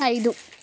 ఐదు